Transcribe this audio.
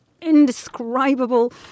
indescribable